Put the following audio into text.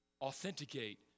authenticate